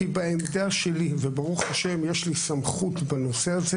כי ברוך ה' בעמדה שלי יש לי סמכות בנושא הזה